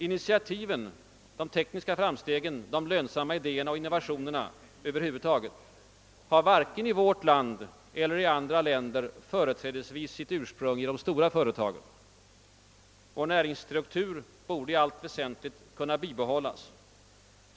Initiativen, de tekniska framstegen, de lönsamma idéerna och innovationerna över huvud taget, har varken i vårt land eller i andra länder företrädesvis sitt ursprung i de stora företagen. Vår näringsstruktur borde i allt väsentligt kunna bibehållas.